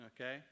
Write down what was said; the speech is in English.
okay